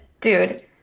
dude